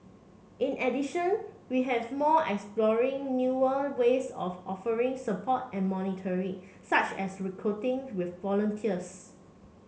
in addition we have more exploring newer ways of offering support and monitoring such as recruiting with volunteers